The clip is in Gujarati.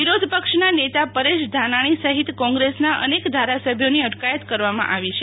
વિરોધ પક્ષના નેતા પરેશ ધાનાણી સહિત કોંગ્રેસના અનેક ધારસભ્યોની અટકાયત કરવામાં આવી છે